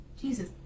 jesus